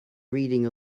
reading